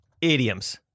idioms